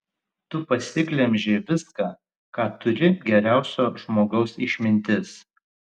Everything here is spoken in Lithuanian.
tu pasiglemžei viską ką turi geriausio žmogaus išmintis